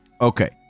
Okay